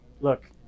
look